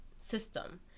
system